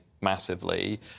massively